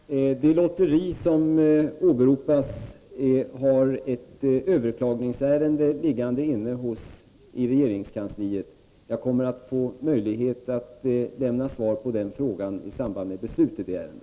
Herr talman! Det lotteri som åberopas har ett överklagningsärende liggande i regeringskansliet. Jag får möjlighet att lämna svar på den ställda frågan i samband med beslutet i det ärendet.